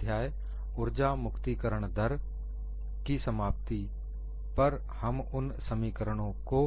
अध्याय 'उर्जा मुक्तिकरण दर' की समाप्ति पर हम उन समीकरणों को